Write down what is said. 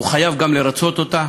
והוא חייב גם לרצות אותה,